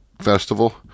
Festival